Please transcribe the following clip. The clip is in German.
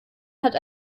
hat